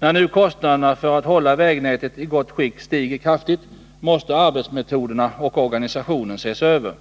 När nu kostnaderna för att hålla vägnätet i gott skick stiger kraftigt måste arbetsmetoderna och organisationen ses över.